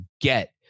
get